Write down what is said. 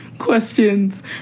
questions